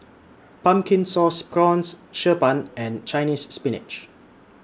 Pumpkin Sauce Prawns Xi Ban and Chinese Spinach